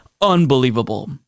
Unbelievable